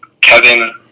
Kevin